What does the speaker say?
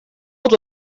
out